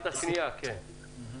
-- בתכנית השנייה, כן.